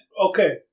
Okay